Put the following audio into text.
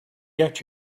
get